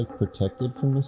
protected from this